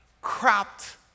cropped